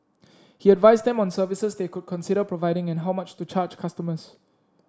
he advised them on services they could consider providing and how much to charge customers